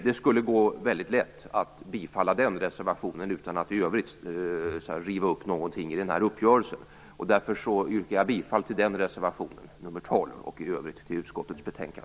Det skulle vara lätt att bifalla denna reservation utan att i övrigt riva upp något i uppgörelsen. Därför yrkar jag bifall till reservation 12 och i övrigt till utskottets hemställan.